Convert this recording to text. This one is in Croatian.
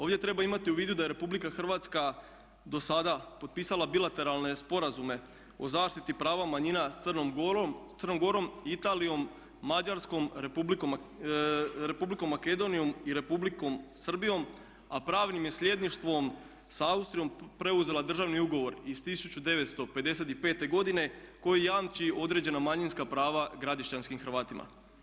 Ovdje treba imati u vidu da je Republika Hrvatska do sada potpisala bilateralne sporazume o zaštiti prava manjina s Crnom Gorom, Italijom, Mađarskom, Republikom Makedonijom i Republikom Srbijom, a pravnim je sljedništvom sa Austrijom preuzela državni ugovor iz 1955. godine koji jamči određena manjinska prava Gradišćanskim Hrvatima.